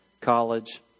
college